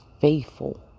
faithful